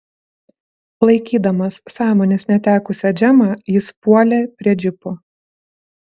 laikydamas sąmonės netekusią džemą jis puolė prie džipo